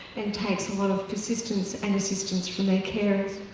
and takes a lot of persistence and assistance from their carers.